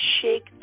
shake